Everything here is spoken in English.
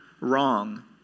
wrong